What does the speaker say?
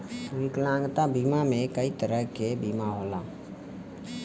विकलांगता बीमा में कई तरे क बीमा होला